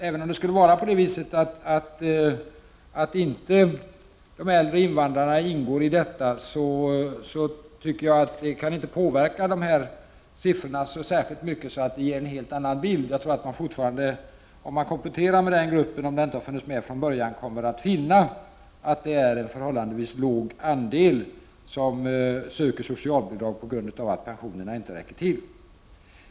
Även om de äldre invandrarna inte skulle ingå i siffran, tror jag inte att de skulle påverka de här siffrorna så mycket att man skulle få en helt annan bild av läget. Om man kompletterar med den gruppen — om den inte har funnits med från början — tror jag att man kommer att finna att det är en förhållandevis låg andel som söker socialbidrag på grund av att pensionen inte räcker till.